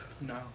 No